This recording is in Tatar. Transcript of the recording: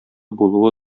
булуы